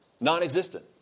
Non-existent